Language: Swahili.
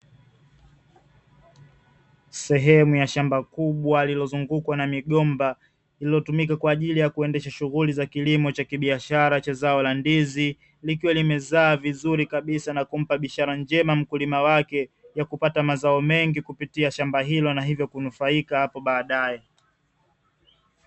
Sehemu ya shamba kubwa lililozungukwa na migomba, lililotumika kwaajili ya kuendesha shughuli za kilimo cha kibiashara cha zao la ndizi. Likiwa limezaa vizuri kabisa na kumpa ishara njema mkulima wake ya kupata mazao mengi kupitia shamba hilo na hivyo kunfaika hapo baadae.